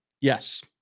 Yes